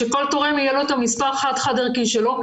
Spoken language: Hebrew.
שכל תורם יהיה לו את המספר חד-חד ערכי שלו,